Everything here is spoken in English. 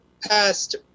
past